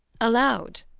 allowed